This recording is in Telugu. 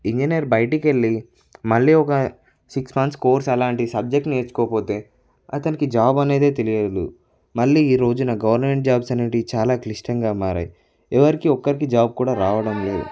ఇంజనీర్ బయటికి వెళ్ళి మళ్ళీ ఒక సిక్స్ మంత్స్ కోర్స్ అలాంటి సబ్జెక్టు నేర్చుకోకపోతే అతనికి జాబ్ అనేది తెలియదు మళ్ళీ ఈరోజున గవర్నమెంట్ జాబ్స్ అనేటివి చాలా క్లిష్టంగా మారి ఎవరికీ ఒక్కరికి జాబ్ కూడా రావడం లేదు